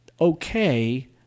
okay